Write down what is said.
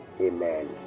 Amen